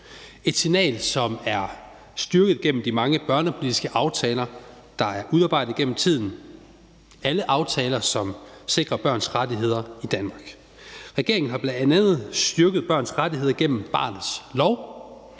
et signal, som er styrket gennem de mange børnepolitiske aftaler, der er udarbejdet gennem tiden. Alle er aftaler, som sikrer børns rettigheder i Danmark. Regeringen har bl.a. styrket børns rettigheder gennem barnets lov,